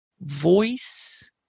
Voice